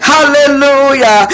Hallelujah